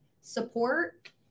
support